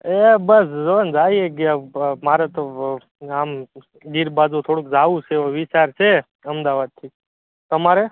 એ બસ જોને જાયે એક દી આમ મારે તો આમ ગીર બાજુ થોડું જાવું છે એવો વિચાર છે અમદાવાદથી તમારે